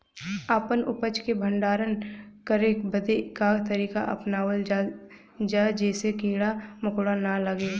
अपना उपज क भंडारन करे बदे का तरीका अपनावल जा जेसे कीड़ा मकोड़ा न लगें?